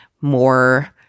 more